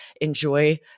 enjoy